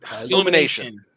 Illumination